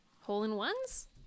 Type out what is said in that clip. Hole-in-ones